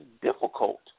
difficult